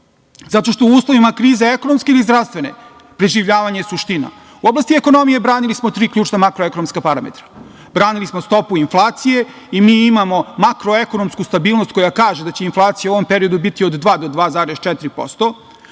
zato što u uslovima krize ekonomske ili zdravstvene preživljavanje je suština.U oblasti ekonomije branili smo tri ključna makroekonomska parametra. Branili smo stopu inflacije i mi imamo makro-ekonomsku stabilnost koja kaže da će inflacija u ovom periodu biti od 2 do 2,4%.